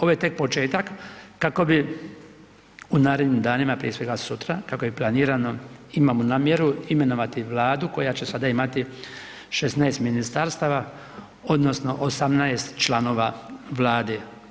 Ovo je tek početak, kako bi u narednim danima, prije svega, sutra, kako je planirano, imamo namjeru, imenovati vladu koja će sada imati 16 ministarstava odnosno 18 članova vlade.